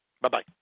Bye-bye